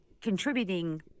contributing